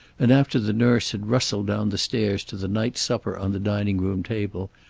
and after the nurse had rustled down the stairs to the night supper on the dining-room table,